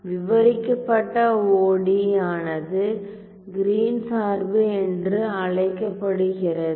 விவரிக்கப்பட்ட ஒடியி ஆனது Green Green's சார்பு என்று அழைக்கப்படுகிறது